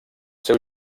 seu